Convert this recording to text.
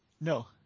No